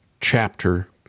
chapter